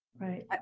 Right